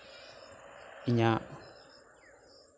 ᱤᱧᱟ ᱜ